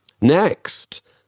Next